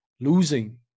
losing